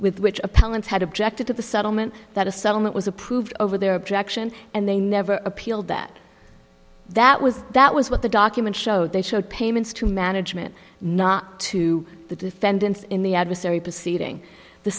with which appellants had objected to the settlement that a settlement was approved over their objection and they never appealed that that was that was what the documents showed they showed payments to management not to the defendants in the adversary proceeding the